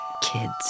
Kids